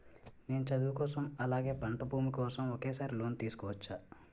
నేను చదువు కోసం అలాగే పంట భూమి కోసం ఒకేసారి లోన్ తీసుకోవచ్చా?